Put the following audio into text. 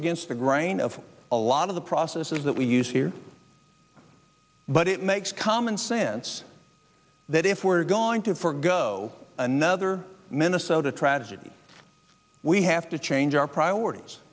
against the grain of a lot of the processes that we use here but it makes common sense that if we're going to forego another minnesota tragedy we have to change our priorities